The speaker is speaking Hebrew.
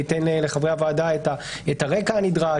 וייתן לחברי הועדה את הרקע הנדרש,